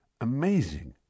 Amazing